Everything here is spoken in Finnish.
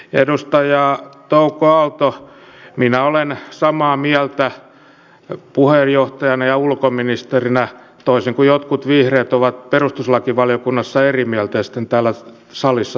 edustaja touko aalto minä olen samaa mieltä puheenjohtajana ja ulkoministerinä toisin kuin jotkut vihreät ovat perustuslakivaliokunnassa eri mieltä ja sitten täällä salissa toista mieltä